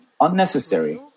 unnecessary